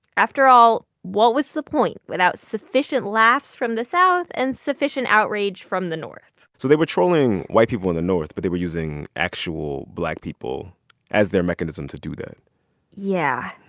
after all, what was the point without sufficient laughs from the south and sufficient outrage from the north? so they were trolling white people in the north, but they were using actual black people as their mechanism to do that yeah.